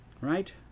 Right